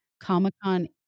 Comic-Con